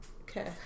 Okay